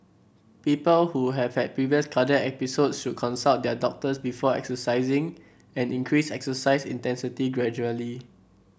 people who have had previous cardiac episodes should consult their doctors before exercising and increase exercise intensity gradually